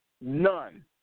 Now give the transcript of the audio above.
none